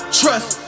trust